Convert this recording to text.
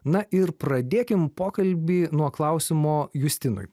na ir pradėkim pokalbį nuo klausimo justinui